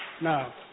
now